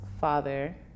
father